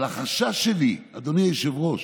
אבל החשש שלי, אדוני היושב-ראש,